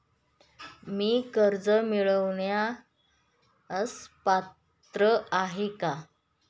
मी कर्ज मिळवण्यास पात्र आहे का?